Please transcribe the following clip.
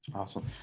awesome.